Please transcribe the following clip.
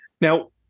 Now